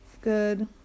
good